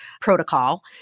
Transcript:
protocol